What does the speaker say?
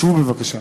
שבו בבקשה.